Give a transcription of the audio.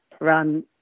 run